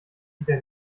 wieder